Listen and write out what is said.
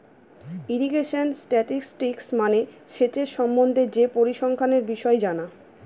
irrigation statistics মানে সেচের সম্বন্ধে যে পরিসংখ্যানের বিষয় জানা